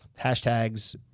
hashtags